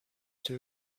too